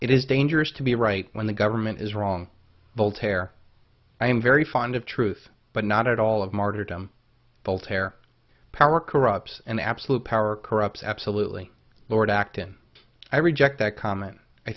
it is dangerous to be right when the government is wrong voltaire i am very fond of truth but not all of martyrdom voltaire power corrupts and absolute power corrupts absolutely lord acton i reject that comment i